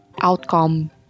outcome